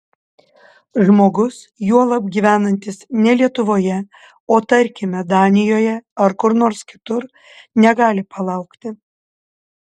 žmogus juolab gyvenantis ne lietuvoje o tarkime danijoje ar kur nors kitur negali palaukti